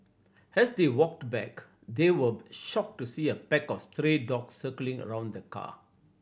as they walked back they were shocked to see a pack of stray dogs circling around the car